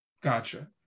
Gotcha